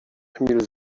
emil